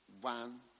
One